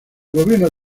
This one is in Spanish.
gobierno